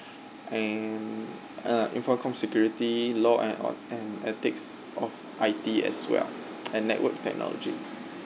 and uh infocomm security law and uh and ethics of I_T as well and network technology